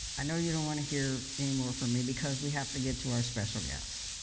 i know you don't want to hear anymore from me, because we have to get to our special guest.